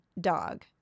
dog